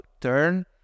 turn